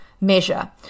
measure